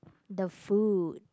the food